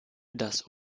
das